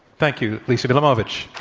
thank you. lisa bielamowicz.